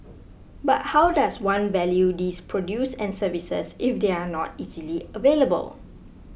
but how does one value these produce and services if they are not easily available